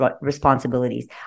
responsibilities